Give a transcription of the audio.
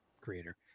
creator